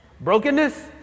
Brokenness